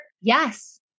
yes